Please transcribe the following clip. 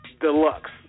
Deluxe